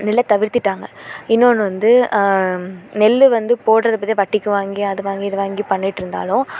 நெல்லை தவிர்த்துவிட்டாங்க இன்னொன்று வந்து நெல் வந்து போடுகிறதுக்கு இதே வட்டிக்கு வாங்கி அது வாங்கி இது வாங்கி பண்ணிவிட்டு இருந்தாலும்